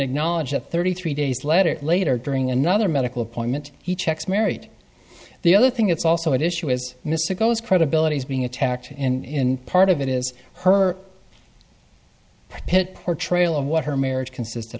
acknowledge that thirty three days later later during another medical appointment he checks married the other thing that's also at issue is missing goes credibility is being attacked in part of it is her pit portrayal of what her marriage consisted